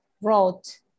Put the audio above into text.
wrote